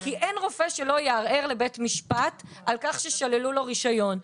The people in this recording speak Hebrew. כי אין רופא שלא יערער לבית המשפט על כך ששללו לו רישיון.